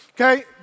Okay